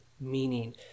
Meaning